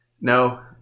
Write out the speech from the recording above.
no